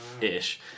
ish